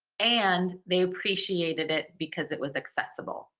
and they appreciated it because it was accessible.